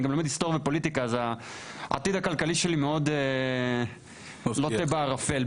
אני גם לומד היסטוריה ופוליטיקה אז העתיד הכלכלי שלי מאוד לוטה בערפל,